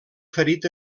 ferit